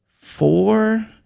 four